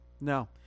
No